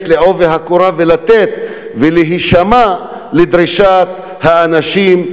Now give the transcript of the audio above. בעובי הקורה ולתת ולהישמע לדרישת האנשים,